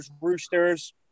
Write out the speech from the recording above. Roosters